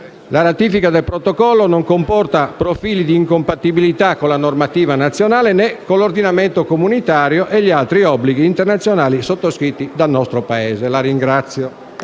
La ratifica del Protocollo non comporta profili di incompatibilità con la normativa nazionale, né con l'ordinamento comunitario e gli altri obblighi internazionali sottoscritti dal nostro Paese. *(Applausi